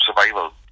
survival